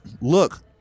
Look